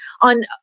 on